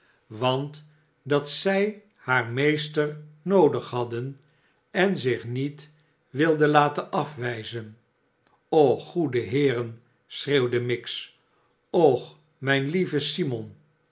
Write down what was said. want dat zij haar meester noodig hadden en zich niet wilden laten afwijzen och goede heeren schreeuwde miggs och mijn lieve simon